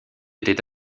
était